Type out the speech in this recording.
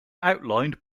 outlined